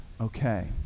Okay